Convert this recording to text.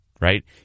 Right